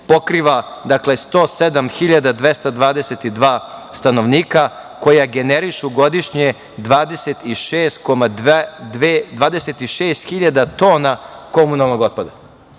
Pokriva 107.222 stanovnika koja generišu godišnje 26.000 tona komunalnog otpada. Dakle,